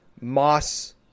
Moss